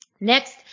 Next